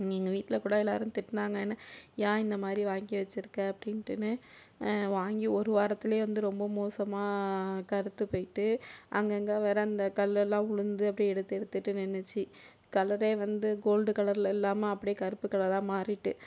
எங்கள் வீட்டில் கூட எல்லோரும் திட்டினாங்க என்ன ஏன் இந்தமாதிரி வாங்கி வச்சிருக்க அப்படீன்ட்டுன்னு வாங்கி ஒரு வாரத்துலேயே வந்து ரொம்ப மோசமாக கருத்து போயிட்டு அங்கங்கே வேறே அந்த கல்லெல்லாம் விழுந்து அப்படியே எடுத்து எடுத்துட்டு நின்றுச்சி கலரே வந்து கோல்டு கலரில் இல்லாமல் அப்படியே கருப்பு கலராக மாறிட்டுது